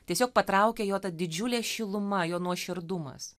tiesiog patraukia jo didžiulė šiluma jo nuoširdumas